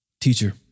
Teacher